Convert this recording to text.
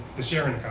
the sharing